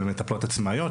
זה מטפלות עצמאיות,